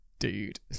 Dude